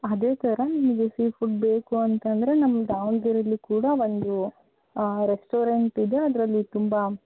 ಅದೇ ಥರ ನೀವು ಸೀ ಫುಡ್ ಬೇಕು ಅಂತಂದರೆ ನಮ್ಮ ದಾವಣಗೆರೆಯಲ್ಲಿ ಕೂಡ ಒಂದು ರೆಸ್ಟೋರೆಂಟ್ ಇದೆ ಅದರಲ್ಲಿ ತುಂಬ